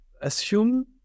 assume